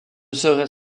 serait